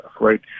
right